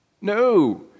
No